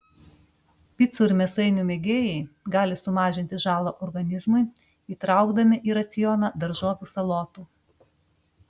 picų ir mėsainių mėgėjai gali sumažinti žalą organizmui įtraukdami į racioną daržovių salotų